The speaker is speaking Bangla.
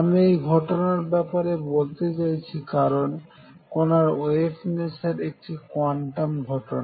আমি এই ঘটনার ব্যাপারে বলতে চাইছি কারণ কনার ওয়েভ নেচার একটি কোয়ান্টাম ঘটনা